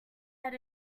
had